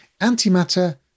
antimatter